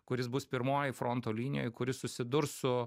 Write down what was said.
kuris bus pirmoj fronto linijoj kuris susidurs su